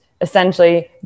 essentially